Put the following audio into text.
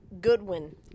Goodwin